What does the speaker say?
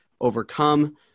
overcome